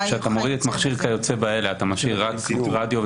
מוריד "מכשיר וכיוצא באלה" אתה משאיר רק רדיו,